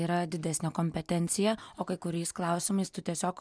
yra didesnė kompetencija o kai kuriais klausimais tu tiesiog